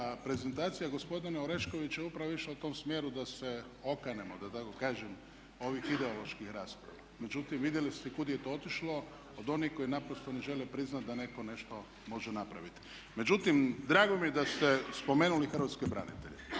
da prezentacija gospodina Oreškovića upravo je išla u tom smjeru da se okanemo, da tako kažem ovih ideoloških rasprava, međutim, vidjeli ste kuda je to otišlo od onih koji naprosto ne žele priznati da netko nešto može napraviti. Međutim, drago mi je da ste spomenuli hrvatske branitelje.